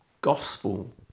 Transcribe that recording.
gospel